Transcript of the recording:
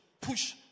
push